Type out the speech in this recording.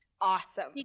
Awesome